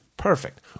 Perfect